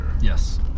Yes